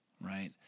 right